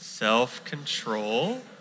Self-control